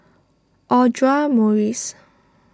Audra Morrice